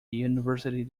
university